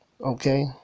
Okay